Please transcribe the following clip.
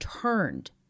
turned—